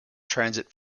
transit